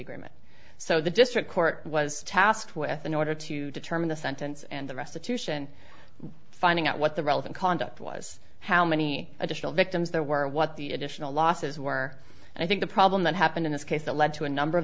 agreement so the district court was tasked with an order to determine the sentence and the restitution finding out what the relevant conduct was how many additional victims there were what the additional losses were and i think the problem that happened in this case that led to a number of